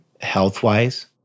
health-wise